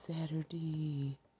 Saturday